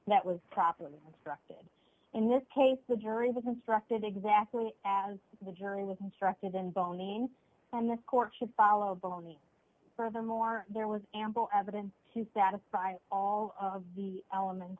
that was properly constructed in this paper the jury was instructed exactly as the jury with instructed and boning on the court should follow bony furthermore there was ample evidence to satisfy all of the elements